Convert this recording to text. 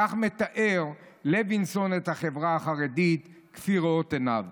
כך מתאר לוינסון את החברה החרדית כראות עיניו.